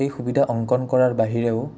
সেই সুবিধা অংকন কৰাৰ বাহিৰেও